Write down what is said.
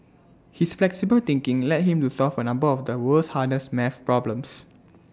his flexible thinking led him to solve A number of the world's hardest math problems